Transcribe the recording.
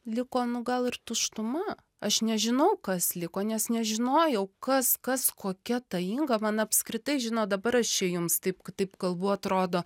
liko nu gal ir tuštuma aš nežinau kas liko nes nežinojau kas kas kokia ta inga man apskritai žinot dabar aš čia jums taip taip kalbu atrodo